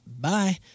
bye